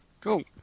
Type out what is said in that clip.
Cool